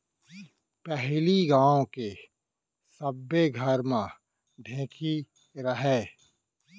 पहिली गांव के सब्बे घर म ढेंकी रहय